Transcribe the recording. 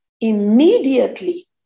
immediately